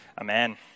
Amen